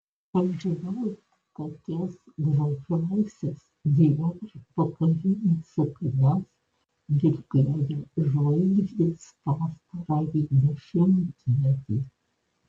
pažvelk kokias gražiausias dior vakarines suknias vilkėjo žvaigždės pastarąjį dešimtmetį